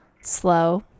slow